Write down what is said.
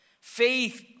faith